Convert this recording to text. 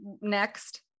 next